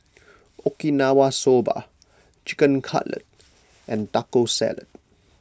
Okinawa Soba Chicken Cutlet and Taco Salad